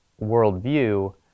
worldview